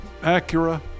Acura